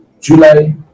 July